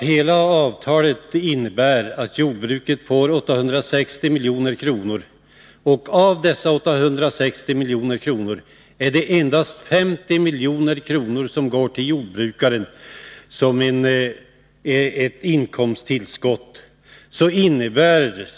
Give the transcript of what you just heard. Hela avtalet för jordbruket gäller 860 milj.kr., men det är endast 50 milj.kr. som går till jordbrukaren som ett inkomsttillskott.